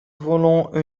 veulent